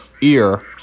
ear